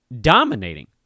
dominating